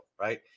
right